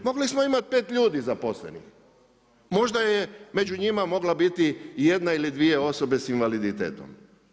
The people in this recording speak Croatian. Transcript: Mogli smo imati pet ljudi zaposlenih, možda je među njima mogla biti jedna ili dvije osobe s invaliditetom.